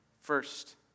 first